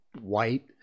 white